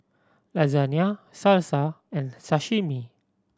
Lasagne Salsa and Sashimi